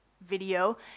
video